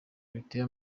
biteye